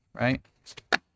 right